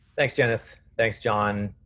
thanks jenith. thanks john,